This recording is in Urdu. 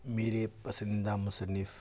میرے پسندیدہ مصنف